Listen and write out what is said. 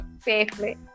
safely